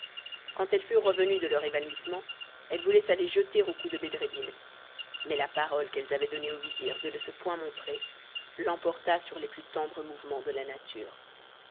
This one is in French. quand elles furent revenues de leur évanouissement elles voulaient s'aller jeter au cou de bedreddin mais la parole qu'elles avaient donnée au vizir de ne se point montrer l'emporta sur les plus tendres mouvements de la nature